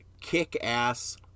kick-ass